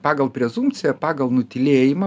pagal prezumpciją pagal nutylėjimą